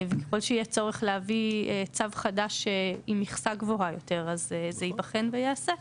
וככל שיהיה צורך להביא צו חדש עם מכסה גבוהה יותר אז זה ייבחן וייעשה.